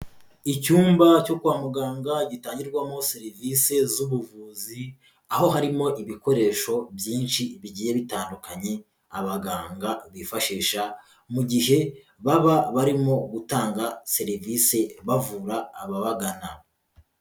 Icyumba cyo kwa muganga gitangirwamo serivise z'ubuvuzi, aho harimo ibikoresho byinshi bigiye bitandukanye abaganga bifashisha mu gihe baba barimo gutanga serivise bavura ababagana.